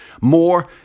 more